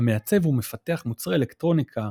המעצב ומפתח מוצרי אלקטרוניקה,